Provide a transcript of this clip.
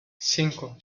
cinco